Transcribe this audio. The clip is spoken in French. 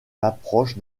l’approche